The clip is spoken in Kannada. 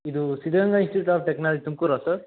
ಇದು Siddaganga institute of technology Tumakuru sir